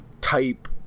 type